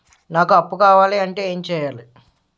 నాకు అప్పు కావాలి అంటే ఎం చేయాలి?